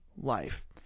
life